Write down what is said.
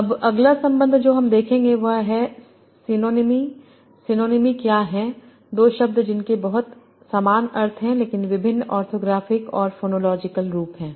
अब अगला संबंध जो हम देखेंगे वह है सीनोनिमि सीनोनिमि क्या है दो शब्द जिनके बहुत समान अर्थ हैं लेकिन विभिन्न ऑर्थोग्राफिक और फोनोलॉजिकल रूप हैं